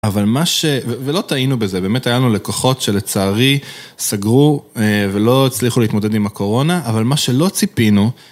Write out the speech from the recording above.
אבל מה ש..ולא טעינו בזה, באמת היה לנו לקוחות שלצערי סגרו ולא הצליחו להתמודד עם הקורונה, אבל מה שלא ציפינו